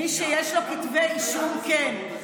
מי שיש לו כתבי אישום, כן.